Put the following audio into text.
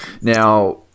Now